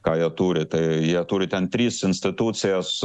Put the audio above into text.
ką jie turi tai jie turi ten tris institucijas